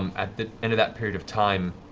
um at the end of that period of time,